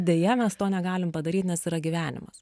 deja mes to negalim padaryt nes yra gyvenimas